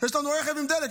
יש לנו רכב עם דלק.